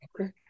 Okay